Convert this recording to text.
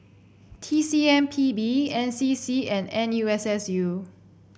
T C M P B N C C and N U S S U